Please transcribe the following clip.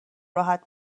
راحت